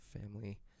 family